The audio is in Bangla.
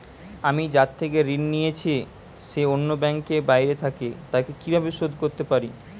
আমি যার থেকে ঋণ নিয়েছে সে অন্য ব্যাংকে ও বাইরে থাকে, তাকে কীভাবে শোধ করতে পারি?